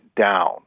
down